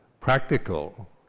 practical